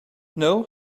know